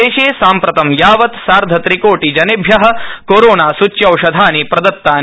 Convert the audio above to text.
देशे साम्प्रतं यावत् सार्ध त्रि कोटि जनेभ्य कोरोना सूच्यौषधानि प्रदत्तानि